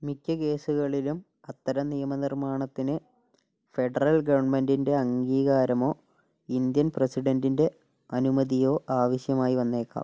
മിക്ക കേസുകളിലും അത്തരം നിയമ നിർമ്മാണത്തിന് ഫെഡറൽ ഗവൺമെന്റിൻ്റെ അംഗീകാരമോ ഇന്ത്യൻ പ്രസിഡന്റിൻ്റെ അനുമതിയോ ആവശ്യമായി വന്നേക്കാം